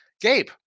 Gabe